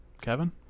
Kevin